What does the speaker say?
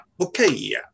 Okay